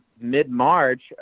mid-March